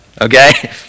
okay